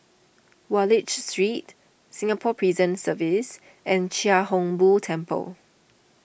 Wallich Street Singapore Prison Service and Chia Hung Boo Temple